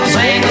Say